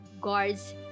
guards